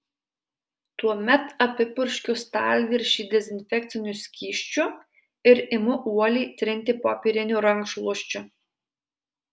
tuomet apipurškiu stalviršį dezinfekciniu skysčiu ir imu uoliai trinti popieriniu rankšluosčiu